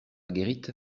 guérite